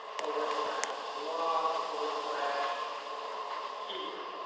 forward slash blog, forward slash the keyword.